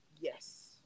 Yes